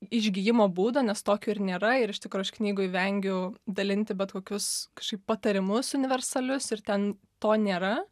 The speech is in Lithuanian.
išgijimo būdo nes tokio ir nėra ir iš tikro aš knygoj vengiu dalinti bet kokius kažkaip patarimus universalius ir ten to nėra